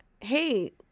hey